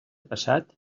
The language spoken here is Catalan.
passat